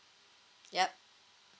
yup